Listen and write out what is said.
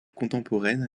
contemporaine